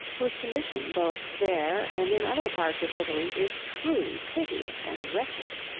whose condition both there and in other parts of italy is truly piteous and wretched.